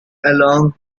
along